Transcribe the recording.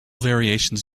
variations